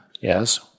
yes